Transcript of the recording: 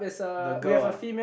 the girl ah